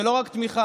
ולא רק תמיכה,